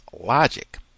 logic